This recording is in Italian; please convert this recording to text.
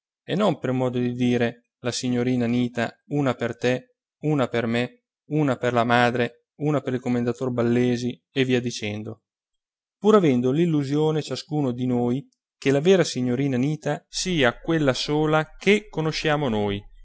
e non per modo di dire la signorina anita una per te una per me una per la madre una per il commendator ballesi e via dicendo pur avendo l'illusione ciascuno di noi che la vera signorina anita sia quella sola che conosciamo noi